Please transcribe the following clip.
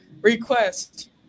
request